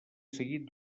seguit